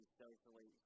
socially